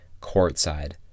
courtside